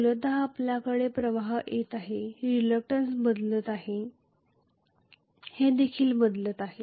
मूलत आपल्याकडे प्रवाह येत आहे रिलक्टंन्स बदलत आहे देखील बदलत आहे